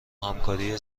همکاری